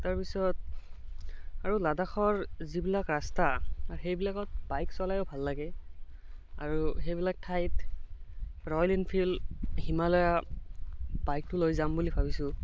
তাৰপিছত আৰু লাডাখৰ যিবিলাক ৰাস্তা সেইবিলাকত বাইক চলায়ো ভাল লাগে আৰু সেইবিলাক ঠাইত ৰয়েল এনফিল্ড হিমালয়ান বাইক লৈ যাম বুলি ভাবিছোঁ